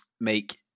make